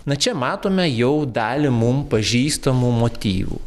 na čia matome jau dalį mum pažįstamų motyvų